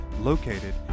located